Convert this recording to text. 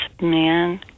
man